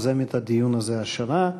יוזמת הדיון הזה השנה.